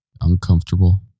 Uncomfortable